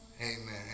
Amen